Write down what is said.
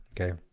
Okay